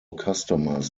customers